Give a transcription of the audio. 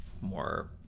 more